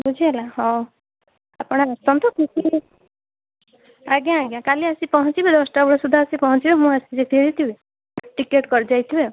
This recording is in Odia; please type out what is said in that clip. ବୁଝିହେଲା ହଉ ଆପଣ ଆସନ୍ତୁ କିଛି ଆଜ୍ଞା ଆଜ୍ଞା କାଲି ଆସି ପହଞ୍ଚିବେ ଦଶଟା ବେଳ ସୁଦ୍ଧା ଆସି ପହଞ୍ଚିବେ ମୁଁ ଆସି ଯାଇଥିବି ଟିକେଟ୍ କରିଦେଇଥିବେ